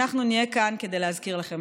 אז אנחנו נלחמים על הזכות שלנו